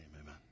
amen